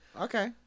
Okay